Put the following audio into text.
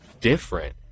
different